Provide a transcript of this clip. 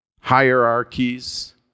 hierarchies